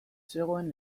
zegoen